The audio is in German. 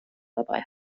dabei